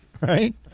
right